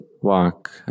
walk